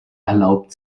erlaubt